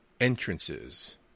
entrances